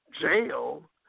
jail